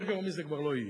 יותר גרוע מזה כבר לא יהיה.